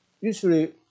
Usually